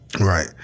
Right